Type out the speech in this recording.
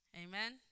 Amen